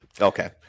Okay